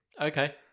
Okay